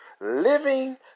Living